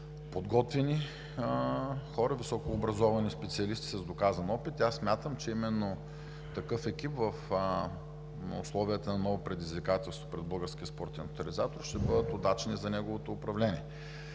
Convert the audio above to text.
подготвени хора, високообразовани специалисти с доказан опит. И аз смятам, че именно такъв екип в условията на ново предизвикателство пред Българския спортен тотализатор ще бъде удачен за неговото управление.